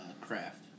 craft